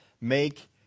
make